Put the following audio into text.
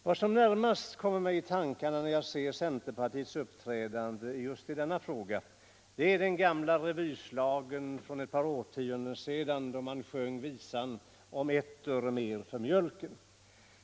Vad som närmast kommer mig i tankarna när jag ser centerpartiets uppträdande just i den här frågan är den gamla revyschlagern där man för ett par årtionden sedan sjöng Ett öre mer för mjölken.